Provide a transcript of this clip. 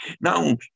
Now